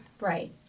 right